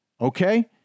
okay